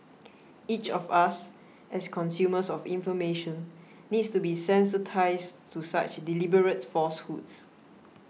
each of us as consumers of information needs to be sensitised to such deliberate falsehoods